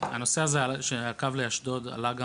הנושא הזה של הקו לאשדוד עלה גם